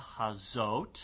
hazot